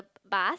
bus